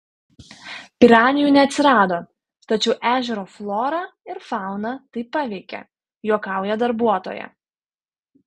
piranijų neatsirado tačiau ežero florą ir fauną tai paveikė juokauja darbuotoja